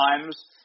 times